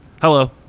Hello